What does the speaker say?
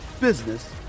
business